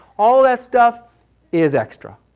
all of that stuff is extra.